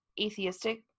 atheistic